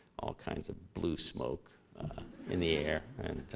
all kinds of blue smoke in the air.